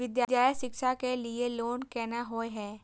विद्यालय शिक्षा के लिय लोन केना होय ये?